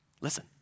Listen